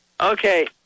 Okay